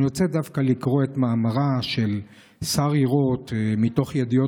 אני רוצה לקרוא את מאמרה של שרי רוט מידיעות